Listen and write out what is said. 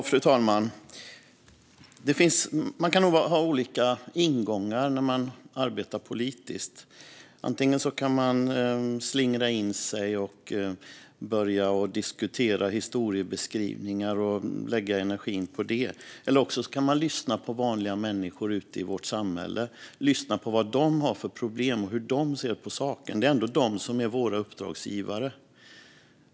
Fru talman! Man kan ha olika ingångar när man arbetar politiskt. Antingen kan man slingra sig, börja diskutera historiebeskrivningar och lägga energi på det. Eller så kan man lyssna på vad vanliga människor i vårt samhälle har för problem och hur de ser på saken. Det är ändå de som är våra uppdragsgivare.